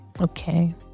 Okay